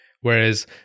Whereas